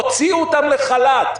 הוציאו אותן לחל"ת,